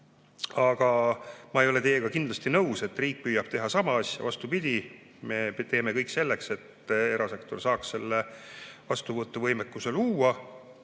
Aga ma ei ole teiega kindlasti nõus, et riik püüab teha sama asja. Vastupidi, me teeme kõik selleks, et erasektor saaks selle vastuvõtuvõimekuse luua.